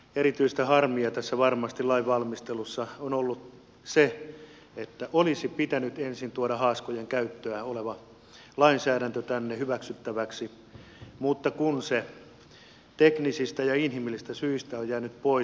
erityistä harmia tässä lainvalmistelussa on varmasti ollut siinä että olisi pitänyt ensin tuoda haaskojen käytöstä oleva lainsäädäntö tänne hyväksyttäväksi mutta se teknisistä ja inhimillisistä syistä on jäänyt pois